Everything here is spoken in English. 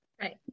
right